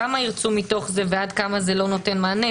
כמה ירצו מתוך זה ועד כמה זה לא נותן מענה.